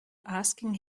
asking